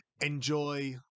enjoy